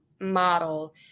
model